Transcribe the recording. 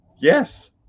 Yes